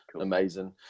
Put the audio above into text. Amazing